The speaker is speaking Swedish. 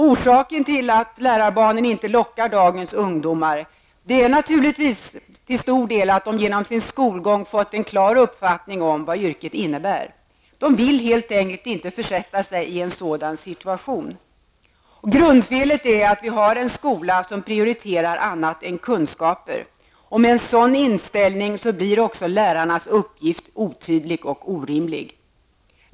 Orsaken till att lärarbanan inte lockar dagens ungdomar är naturligtvis till stor del att de genom sin skolgång har fått en klar uppfattning om vad yrket innebär. De vill helt enkelt inte försätta sig i en sådan situation. Grundfelet är att vi har en skola som prioriterar annat än kunskaper. Med en sådan inställning blir också lärarnas uppgift otydlig och orimlig.